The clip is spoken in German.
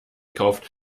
kauft